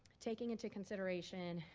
taking into consideration,